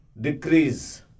decrease